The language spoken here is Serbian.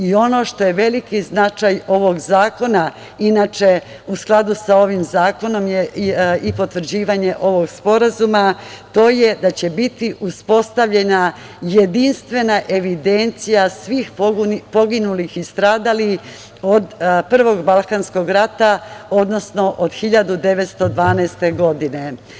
Ono što je veliki značaj ovog zakona, inače u skladu sa ovim zakonom je i potvrđivanje ovog sporazuma, to je da će biti uspostavljena jedinstvena evidencija svih poginulih i stradalih od prvog Balkanskog rata, odnosno od 1912. godine.